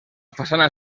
façana